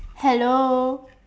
hello